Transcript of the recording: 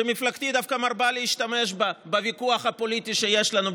שמפלגתי דווקא מרבה להשתמש בה בוויכוח הפוליטי שיש לנו,